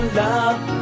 love